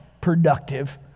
productive